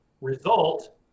result